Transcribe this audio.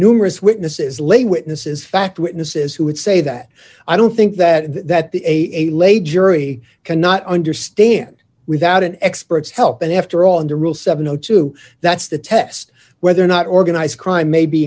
numerous witnesses lay witnesses fact witnesses who would say that i don't think that that the a a lay jury cannot understand without an expert's help and after all in the rule seven o two that's the test whether or not organized crime may be